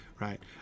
right